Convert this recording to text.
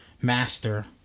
Master